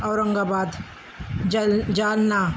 औरंगाबाद जल जालना